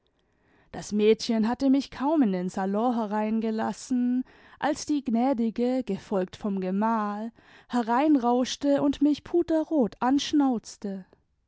das mädchen hatte mich kaum in den salon hereingelassen als die gnädige gefolgt vom gemahl hereinrauschte und mich puterrot anschnauzte